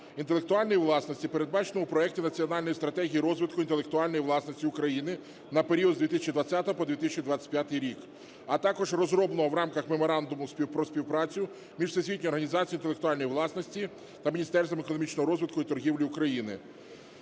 інтелектуальної власності передбачено у проекті Національної стратегії розвитку інтелектуальної власності України на період з 2020 по 2025 рік, а також розроблено в рамках Меморандуму про співпрацю між Всесвітньою організацією інтелектуальної власності та Міністерством економічного розвитку і торгівлі України.